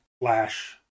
flash